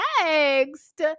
next